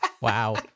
Wow